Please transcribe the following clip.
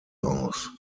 aus